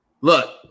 Look